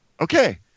Okay